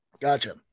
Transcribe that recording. Gotcha